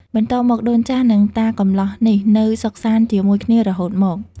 បន្ទាប់មកដូនចាស់និងតាកំលោះនេះ នៅសុខសាន្តជាមួយគ្នារហូតមក ។